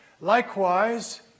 Likewise